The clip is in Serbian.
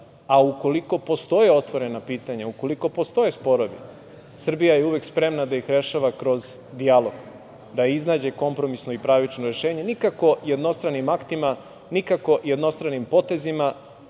a ukoliko postoje otvorena pitanja i ukoliko postoje sporovi, Srbija je uvek spremna da ih rešava kroz dijalog, da iznađe kompromisno i pravično rešenje, nikako jednostranim aktima, nikako jednostranim potezima,